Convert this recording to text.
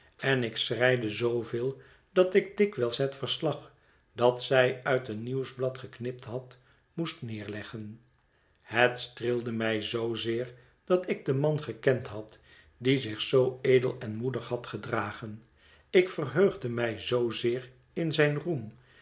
dat ik dikwijls het verslag dat zij uit een nieuwsblad geknipt had moest neerleggen het streelde mij zoo zeer dat ik den man gekend had die zich zoo edel en moedig had gedragen ik verheugde mij zoo zeer in zijn roem